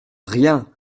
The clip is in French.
rien